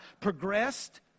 progressed